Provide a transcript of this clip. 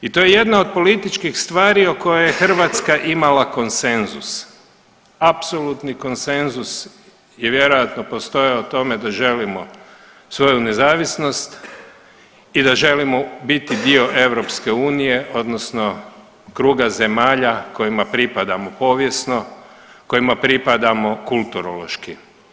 I to je jedna od političkih stvari o kojoj je Hrvatska imala konsenzus, apsolutni konsenzus je vjerojatno postojao o tome da želimo svoju nezavisnost i da želimo biti dio EU odnosno kruga zemalja kojima pripadamo povijesno, kojima pripadamo kulturološki.